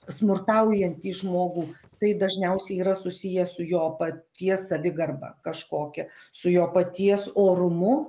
smurtaujantį žmogų tai dažniausiai yra susiję su jo paties savigarba kažkokia su jo paties orumu